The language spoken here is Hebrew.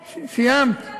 סיימת?